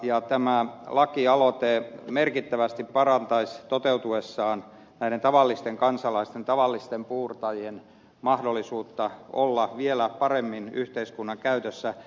tämä lakialoite merkittävästi parantaisi toteutuessaan näiden tavallisten kansalaisten tavallisten puurtajien mahdollisuutta olla vielä paremmin yhteiskunnan käytössä